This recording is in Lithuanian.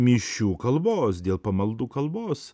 mišių kalbos dėl pamaldų kalbos